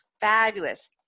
fabulous